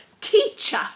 teacher